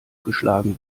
geschlagen